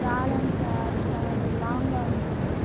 రాలేం sir చాల లాంగ్లో ఉన్నాం కదా